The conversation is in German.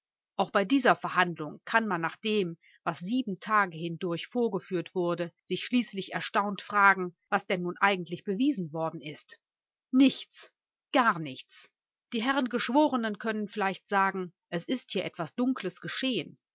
auch bei dieser verhandlung kann man nach dem was sieben tage hindurch vorgeführt wurde sich schließlich erstaunt fragen was denn nun eigentlich bewiesen worden ist nichts gar nichts die herren geschworenen können vielleicht sagen es ist hier etwas dunkles geschehen